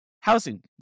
housing